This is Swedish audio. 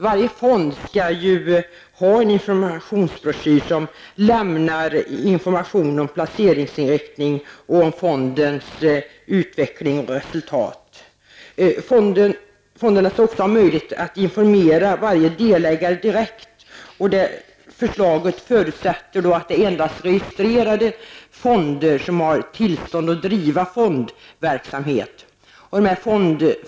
Varje fond skall ha en informationsbroschyr som lämnar information om placeringsinriktning och om fondens utveckling och resultat. Fonderna skall också ha möjlighet att informera varje delägare direkt, och det förslaget förutsätter att endast registrerade fonder har tillstånd att driva fondverksamhet.